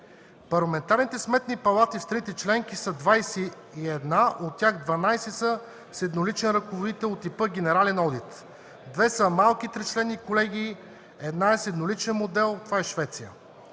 Парламентарните сметни палати в страните членки са 21, а от тях 12 са с едноличен ръководител от типа „генерален одит”, две са с малки тричленни колегии, една е с едноличен модел и това е Швеция.